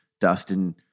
Dustin